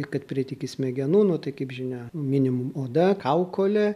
kad prieit iki smegenų nu tai kaip žinia minimum oda kaukolė